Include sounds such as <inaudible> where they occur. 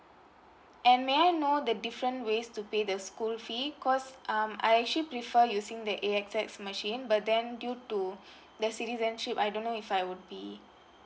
and may I know the different ways to pay the school fee 'cos um I actually prefer using the A_X_S machine but then due to <breath> the citizenship I don't know if I would be